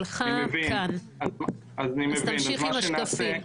אני עכשיו מתמקד רק על הדיור מבלי לדבר על השטחים הפתוחים.